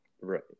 Right